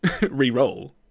re-roll